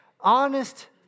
honest